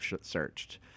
searched